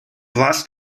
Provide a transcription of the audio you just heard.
warst